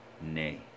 nay